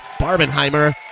Barbenheimer